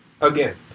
Again